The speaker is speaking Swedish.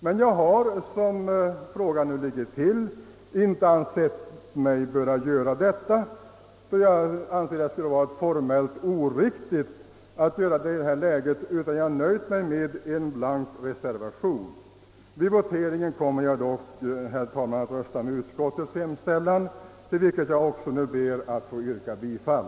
Men jag har, som saken nu ligger till, inte ansett mig böra göra det. Jag har ansett att det skulle vara formellt oriktigt i detta läge. Jag har därför nöjt mig med att avge en blank reservation. Vid voteringen kommer jag dock, herr talman, att rösta för utskottets hemställan, till vilken jag också ber att få yrka bifall.